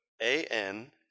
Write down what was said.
A-N